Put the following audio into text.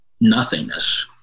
nothingness